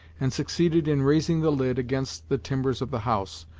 and succeeded in raising the lid against the timbers of the house,